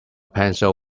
pencil